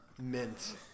Mint